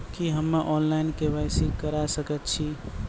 की हम्मे online, KYC करा सकैत छी?